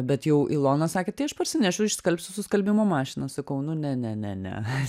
bet jau ilona sakė tai aš parsinešiu išskalbsiu su skalbimo mašina sakau nu ne ne ne ne